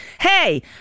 Hey